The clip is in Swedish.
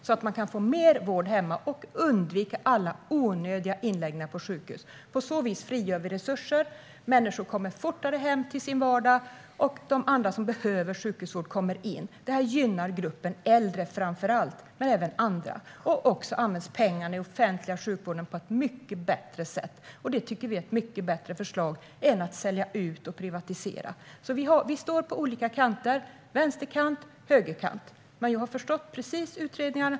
Då kan man få mer vård hemma och undvika alla onödiga inläggningar på sjukhus. På så vis frigör vi resurser. Människor kommer fortare hem till sin vardag. Och de som behöver sjukhusvård kommer in. Det här gynnar framför allt gruppen äldre, men även andra. Och pengarna i den offentliga sjukvården används på ett mycket bättre sätt. Det tycker vi är ett mycket bättre förslag än att sälja ut och privatisera. Vi står alltså på olika kanter, Anders W Jonsson, vänsterkant - högerkant. Jag har förstått utredningarna.